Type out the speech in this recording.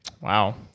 Wow